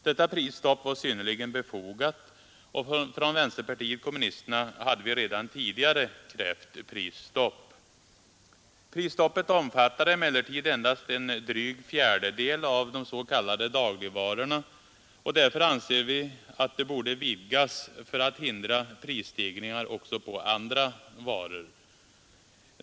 Detta prisstopp var synnerligen befogat, och från vänsterpartiet kommunisterna hade vi redan tidigare krävt prisstopp. Prisstoppet omfattar emellertid endast en dryg fjärdedel av de s.k. dagligvarorna, och därför anser vi att det borde vidgas för att hindra prisstegringar också på övriga varor.